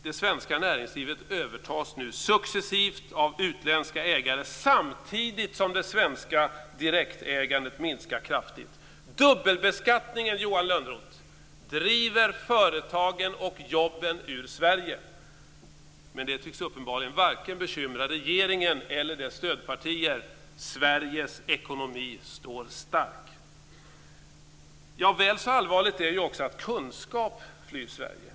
Det svenska näringslivet övertas nu successivt av utländska ägare samtidigt som det svenska direktägandet minskar kraftigt. Dubbelbeskattningen driver företagen och jobben ur Sverige, Johan Lönnroth. Men det tycks varken bekymra regeringen eller stödpartierna. Sveriges ekonomi står stark. Väl så allvarligt är också att kunskap flyr Sverige.